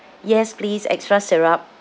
yes please extra syrup